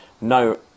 No